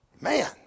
Man